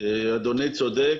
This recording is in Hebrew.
אדוני צודק.